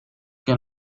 que